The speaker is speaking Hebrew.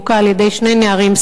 הוכה על-ידי שני נערים,